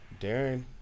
Darren